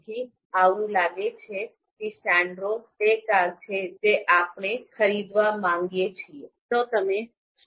તેથી એવું લાગે છે કે સાન્ડેરો તે કાર છે જે આપણે ખરીદવા માંગીએ છીએ